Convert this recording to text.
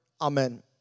Amen